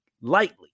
lightly